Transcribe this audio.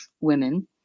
women